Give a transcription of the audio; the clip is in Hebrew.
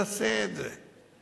תעשה את זה.